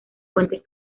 fuentes